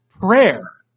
prayer